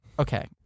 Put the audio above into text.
Okay